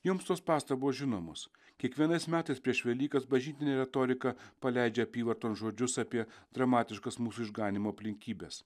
jums tos pastabos žinomos kiekvienais metais prieš velykas bažnytinė retorika paleidžia apyvarton žodžius apie dramatiškas mūsų išganymo aplinkybes